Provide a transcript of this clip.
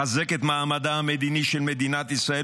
לחזק את מעמדה המדיני של מדינת ישראל